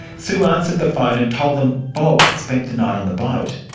sue answered the phone and told them bob had spent the night on the boat.